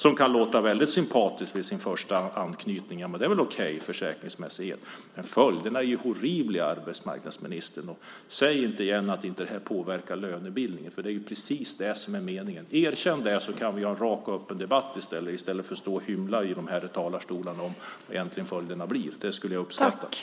Det kan låta väldigt sympatiskt när man först hör talas om det, men följderna är horribla, arbetsmarknadsministern! Säg inte ännu en gång att detta inte påverkar lönebildningen, för det är ju precis det som är meningen. Erkänn det, så kan vi ha en rak och öppen debatt i stället för att stå här i talarstolarna och hymla om vad följderna blir. Det skulle jag uppskatta.